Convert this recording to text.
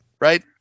right